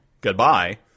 Goodbye